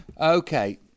Okay